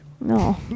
no